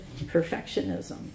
perfectionism